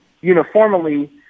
uniformly